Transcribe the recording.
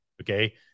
Okay